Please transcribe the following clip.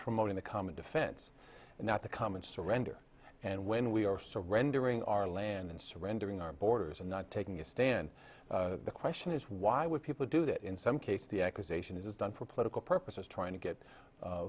promoting the common defense and not the common surrender and when we are surrendering our land and surrendering our borders and not taking a stand the question is why would people do that in some case the accusation is it's done for political purposes trying to get